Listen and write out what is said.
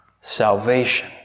Salvation